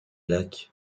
lac